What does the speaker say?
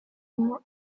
number